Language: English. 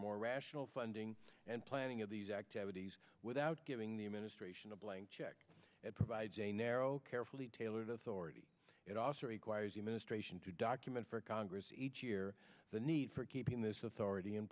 more rational funding and planning of these activities without giving the administration a blank check it provides a narrow carefully tailored authority it also requires the ministration to document for congress each year the need for keeping this authority in